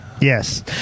Yes